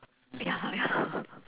ya lor ya lor